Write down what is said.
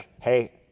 Hey